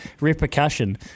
repercussion